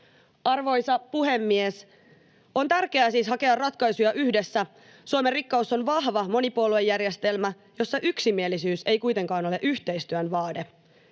Arvoisa puhemies! On tärkeää siis hakea ratkaisuja yhdessä. Suomen rikkaus on vahva monipuoluejärjestelmä, jossa yksimielisyys ei kuitenkaan ole yhteistyön vaade.